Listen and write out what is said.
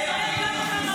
ברצינות?